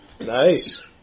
Nice